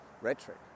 Rhetoric